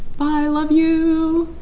bye i love you